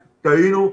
טעינו,